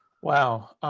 wow.